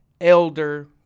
elder